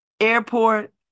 airport